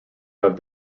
have